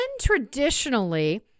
traditionally